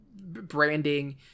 branding